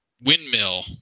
windmill